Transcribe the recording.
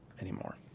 anymore